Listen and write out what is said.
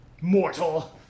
mortal